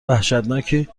وحشتناکی